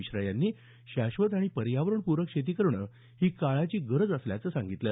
मिश्रा यांनी शाश्वत आणि पर्यावरणपूरक शेती करणं ही काळाची गरज असल्याचं सांगितलं